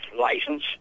license